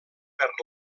per